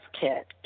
kit